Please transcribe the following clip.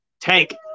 Tank